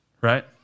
right